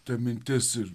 ta mintis ir